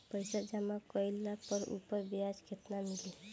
पइसा जमा कइले पर ऊपर ब्याज केतना मिली?